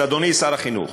אז, אדוני שר החינוך,